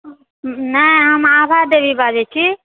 नहि हम आभा देवी बाजए छी